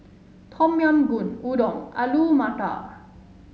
Tom Yam Goong Udon Alu Matar